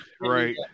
right